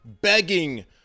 begging